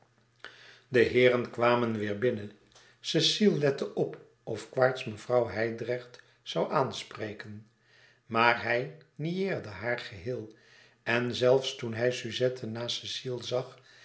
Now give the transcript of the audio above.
de heeren kwamen weêr binnen cecile lette op of quaerts mevrouw hijdrecht zoû aanspreken maar hij nieerde haar geheel louis couperus extaze een boek van geluk en zelfs toen hij suzette naast cecile zag